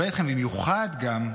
אני מדבר איתכם במיוחד על עצמאים,